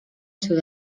sud